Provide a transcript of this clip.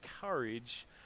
courage